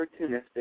opportunistic